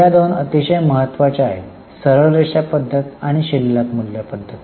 पहिल्या दोन अतिशय महत्त्वाच्या आहेत सरळ रेषा पद्धत आणि शिल्लक मूल्य पद्धत